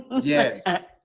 Yes